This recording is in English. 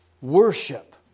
worship